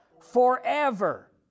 forever